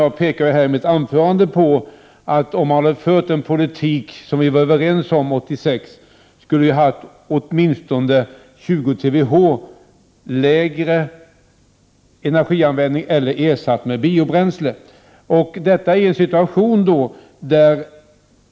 Jag pekade i mitt anförande på att om man hade fört den politik vi var överens om 1986, skulle vi ha haft åtminstone 20 TWh lägre energianvändning eller kunnat producera samma mängd energi med biobränsle.